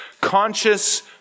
conscious